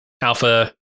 Alpha